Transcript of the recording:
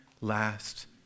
last